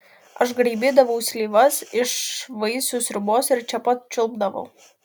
aš graibydavau slyvas iš vaisių sriubos ir čia pat čiulpdavau